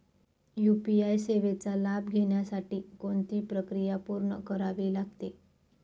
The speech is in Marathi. यू.पी.आय सेवेचा लाभ घेण्यासाठी कोणती प्रक्रिया पूर्ण करावी लागते?